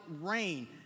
rain